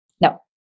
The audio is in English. No